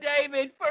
David